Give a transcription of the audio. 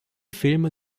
filme